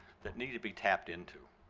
that needed to be tapped into.